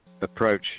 approach